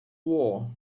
war